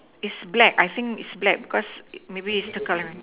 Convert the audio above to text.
is black I think is black because maybe is the current